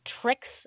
tricks